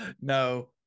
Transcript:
No